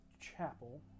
chapel